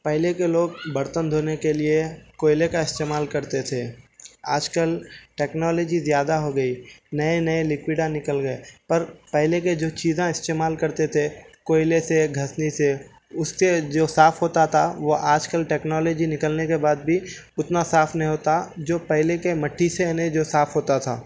پہلے کے لوگ برتن دھونے کے لئے کوئلے کا استعمال کرتے تھے آج کل ٹکنالوجی زیادہ ہو گئی نئے نئے لکوِڈ نکل گئے پر پہلے کے جو چیزیں استعمال کرتے تھے کوئلے سے گھسنی سے اس سے جو صاف ہوتا تھا وہ آج کل ٹکنالوجی نکلنے کے بعد بھی اتنا صاف نہیں ہوتا جو پہلے کے مٹی سے نہیں جو صاف ہوتا تھا